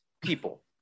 People